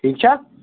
ٹھیٖک چھا